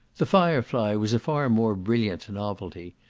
the fire-fly was a far more brilliant novelty.